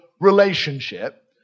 relationship